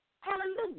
Hallelujah